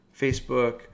Facebook